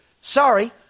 Sorry